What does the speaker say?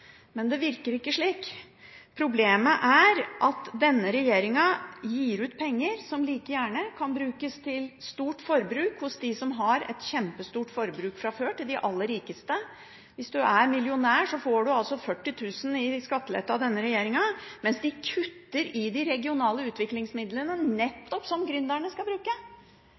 Men det virker ikke slik. Problemet er at denne regjeringen gir ut penger som like gjerne kan brukes til stort forbruk hos dem som har et kjempestort forbruk fra før, til de aller rikeste. Hvis du er millionær, får du altså 40 000 kr i skattelette av denne regjeringen, mens den kutter i de regionale utviklingsmidlene, som nettopp gründerne skal bruke.